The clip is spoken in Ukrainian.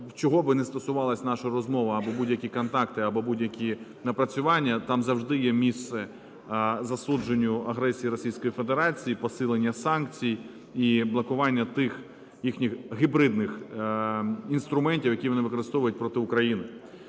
чого би не стосувалася наша розмова або будь-які контакти, або будь-які напрацювання, там завжди є місце засудженню агресії Російської Федерації, посилення санкцій і блокування тих їхніх гібридних інструментів, які вони використовують проти України.